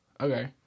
Okay